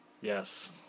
Yes